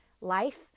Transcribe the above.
Life